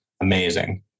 amazing